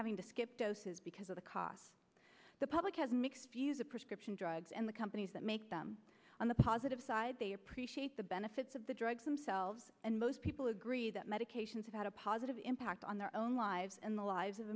having to skip doses because of the costs the public has mixed views of prescription drugs and the companies that make them on the positive side they appreciate the benefits of the drugs themselves and most people agree that medications have had a positive impact on their own lives and the lives of